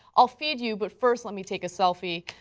ah feed you, but first let me take a selfie.